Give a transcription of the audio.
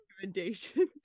recommendations